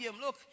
Look